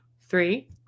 Three